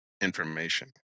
information